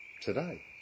today